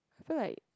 feel like